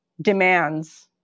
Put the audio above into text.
demands